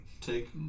take